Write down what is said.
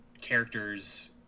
characters